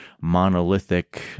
monolithic